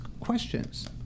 questions